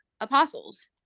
apostles